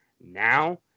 now